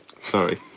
Sorry